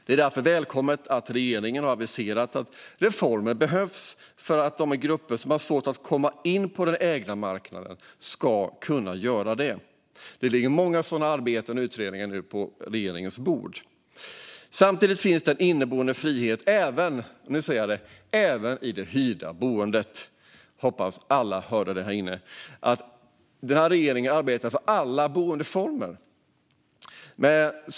Det var därför välkommet att regeringen aviserade att reformer behövs för att de grupper som har svårt att komma in på den ägda marknaden ska kunna göra det. Det ligger nu många sådana arbeten och utredningar på regeringens bord. Samtidigt finns det en inneboende frihet - nu säger jag det - även i det hyrda boendet. Jag hoppas att alla här inne hörde det. Den här regeringen arbetar för alla boendeformer.